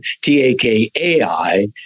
T-A-K-A-I